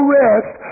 rest